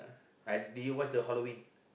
I do you watch the Halloween